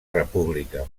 república